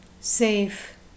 safe